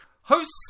Host